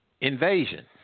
Invasion